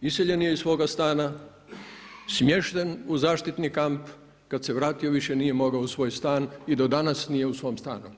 iseljen je iz svoga stana, smješten u zaštitni kamp, kad se vratio, više nije mogao u svoj stan i do danas nije u svom stanu.